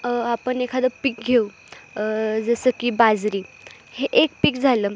आपण एखादं पीक घेऊ जसं की बाजरी हे एक पीक झालं